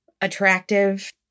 attractive